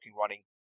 running